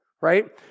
right